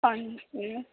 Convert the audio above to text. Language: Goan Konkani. हय